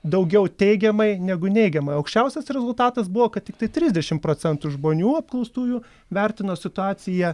daugiau teigiamai negu neigiamai aukščiausias rezultatas buvo kad tiktai trisdešim procentų žmonių apklaustųjų vertino situaciją